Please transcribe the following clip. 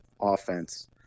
offense